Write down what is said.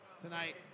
tonight